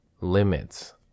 limits